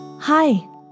Hi